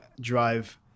drive